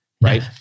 right